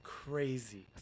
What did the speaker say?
Crazy